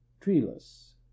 Treeless